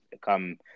come